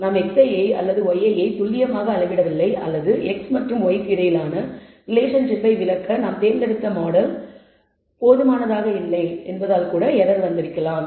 நாம் xi ஐ அல்லது yi ஐ துல்லியமாக அளவிடவில்லை அல்லது x மற்றும் y க்கு இடையிலான ரிலேஷன்ஷிப்பை விளக்க நாம் தேர்ந்தெடுத்த மாடல் பார்ம் போதுமானதாக இல்லை என்பதால் கூட எரர் வந்திருக்கலாம்